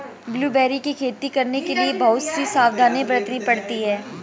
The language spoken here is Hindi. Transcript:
ब्लूबेरी की खेती करने के लिए बहुत सी सावधानियां बरतनी पड़ती है